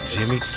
Jimmy